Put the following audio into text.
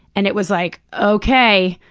and it was like, okay.